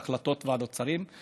בהחלטות ועדות שרים.